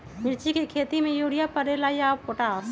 मिर्ची के खेती में यूरिया परेला या पोटाश?